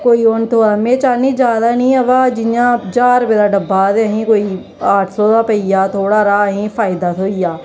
कोई ओह् नेईं थ्होआ दा में चाह्न्नी आं ज्यादा नेईं अवा जियां ज्हार रपेऽ दा डब्बा ऐ ते असेंगी कोई अट्ठ सौ दा पेई जा थोह्ड़ा हारा असेंगी फायदा थ्होई जा